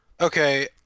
Okay